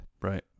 Right